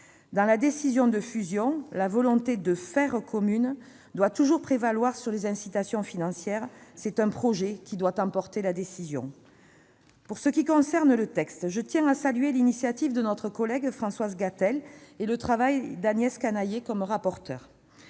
Dans la décision de fusion, la volonté de « faire commune » doit toujours prévaloir sur les incitations financières ; c'est un projet qui doit emporter la décision. Pour ce qui concerne le texte, je tiens à saluer l'initiative de notre collègue Françoise Gatel et le travail de rapporteur